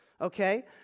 Okay